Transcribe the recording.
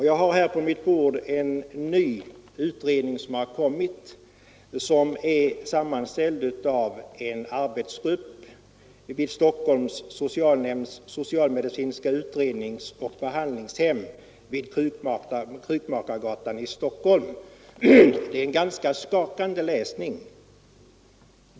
Jag har här på mitt bord en ny utredning som är sammanställd av en arbetsgrupp vid Stockholms socialnämnds socialmedicinska utredningsoch behandlingshem vid Krukmakargatan i Stockholm. Det är en ganska skakande läsning.